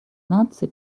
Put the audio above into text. наций